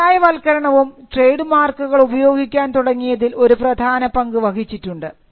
വ്യവസായവൽക്കരണവും trade മാർക്കുകൾ ഉപയോഗിക്കാൻ തുടങ്ങിയതിൽ ഒരു പ്രധാന പങ്ക് വഹിച്ചിട്ടുണ്ട്